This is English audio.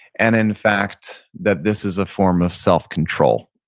and in fact that this is a form of self-control.